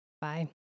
Bye